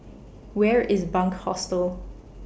Where IS Bunc Hostel